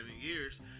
years